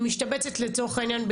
היא משתבצת לצורך העניין,